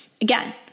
Again